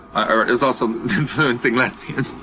um it's also influencing lesbians.